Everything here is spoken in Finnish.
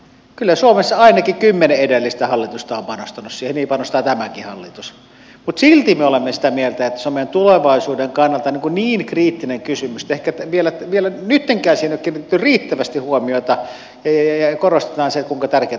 kyllä suomessa ainakin kymmenen edellistä hallitusta on panostanut siihen ja niin panostaa tämäkin hallitus mutta silti me olemme sitä mieltä että se on meidän tulevaisuuden kannalta niin kriittinen kysymys että ehkä vielä nyttenkään siihen ei ole kiinnitetty riittävästi huomiota ja korostetaan sitä kuinka tärkeätä se on tulevaisuudessa